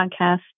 Podcast